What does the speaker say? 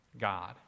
God